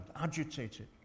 agitated